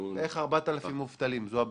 לדון --- 4,000 מובטלים זו הבהילות.